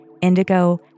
Indigo